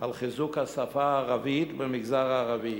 על חיזוק השפה הערבית במגזר הערבי,